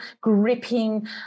gripping